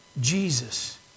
Jesus